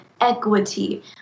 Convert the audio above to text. equity